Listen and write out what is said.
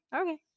okay